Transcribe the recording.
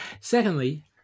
Secondly